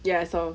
ya I saw